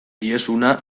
diezuna